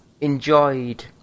enjoyed